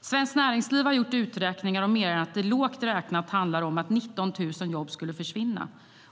Svenskt Näringsliv har gjort uträkningar och menar att det lågt räknat handlar om att 19 000 jobb skulle försvinna.